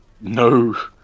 no